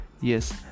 Yes